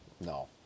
No